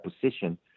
position